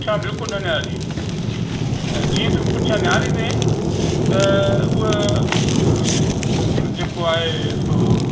पुठियां बिल्कुलु न निहारजईं ऐं जीअं तूं पुठियां नेहारींदे त हूअ जेको आहे सो